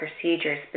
procedures